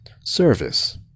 service